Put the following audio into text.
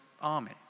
army